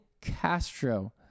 Castro